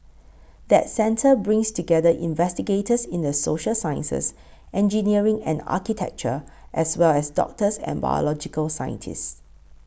that centre brings together investigators in the social sciences engineering and architecture as well as doctors and biological scientists